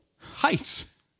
Heights